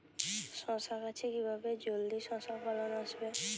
শশা গাছে কিভাবে জলদি শশা ফলন আসবে?